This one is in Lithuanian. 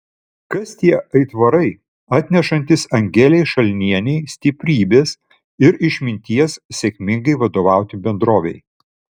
kas tie aitvarai atnešantys angelei šalnienei stiprybės ir išminties sėkmingai vadovauti bendrovei